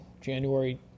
January